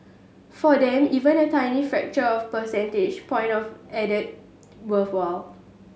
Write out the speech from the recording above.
for them even a tiny fraction of a percentage point of added worthwhile